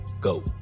Go